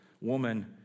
woman